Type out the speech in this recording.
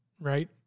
right